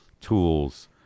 Tools